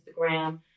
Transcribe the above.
Instagram